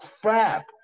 crap